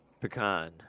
pecan